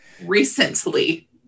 recently